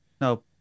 No